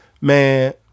man